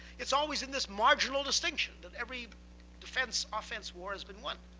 it's always in this marginal distinction that every defense, offense war has been won.